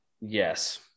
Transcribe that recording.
Yes